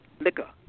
liquor